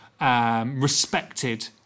respected